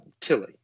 Tilly